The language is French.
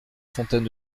fontaine